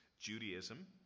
Judaism